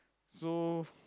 so